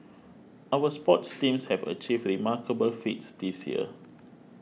our sports teams have achieved remarkable feats this year